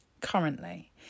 Currently